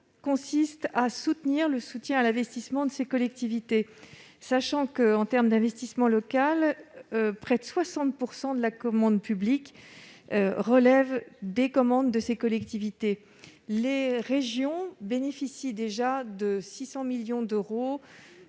vise donc à soutenir l'investissement des collectivités locales, sachant que, en termes d'investissement local, près de 60 % de la commande publique relève des commandes de ces collectivités. Les régions bénéficient déjà de 600 millions d'euros